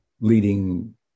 leading